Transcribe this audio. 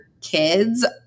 kids